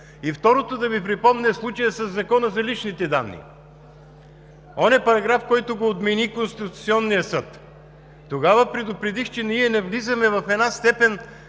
И второто, да Ви припомня случая със Закона за защита на личните данни – онзи параграф, който го отмени Конституционният съд. Тогава предупредих, че ние навлизаме в една степен